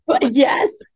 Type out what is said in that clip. Yes